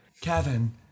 Kevin